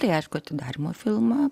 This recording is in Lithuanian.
tai aišku atidarymo filmą